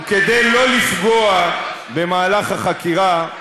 וכדי לא לפגוע במהלך החקירה,